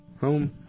home